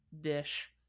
dish